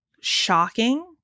shocking